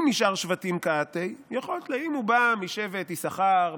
אי משאר שבטים קאתי יכלת" אם הוא בא משבט יששכר,